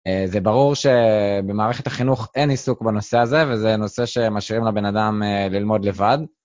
זה ברור שבמערכת החינוך אין עיסוק בנושא הזה, וזה נושא שמשאירים לבן אדם ללמוד לבד.